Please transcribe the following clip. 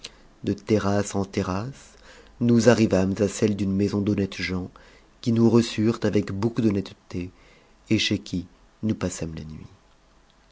de terrasse en terrasse nous arrivâmes a celle d'une maison d'honnêtes gens qui nous reçurent avec beaucoup d'honnêteté et chez qui nous passâmes la nuit